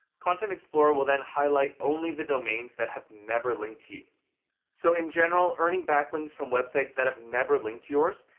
content explorer will then highlight only the domains that have never linked to you. so in general, earning backlinks from websites that have never linked yours,